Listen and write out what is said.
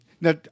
Now